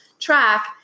track